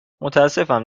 متاسفم